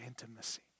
intimacy